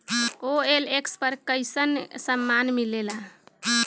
OLX पर कइसन सामान मीलेला?